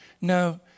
No